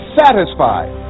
satisfied